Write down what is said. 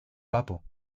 pappo